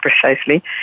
precisely